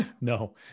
no